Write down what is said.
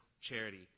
charity